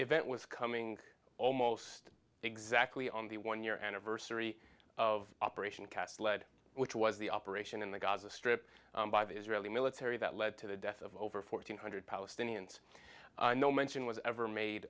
event was coming almost exactly on the one year anniversary of operation cast lead which was the operation in the gaza strip by the israeli military that led to the death of over fourteen hundred palestinians no mention was ever made